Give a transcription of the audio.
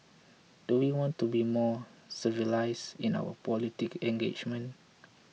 do we want to be more civilised in our political engagement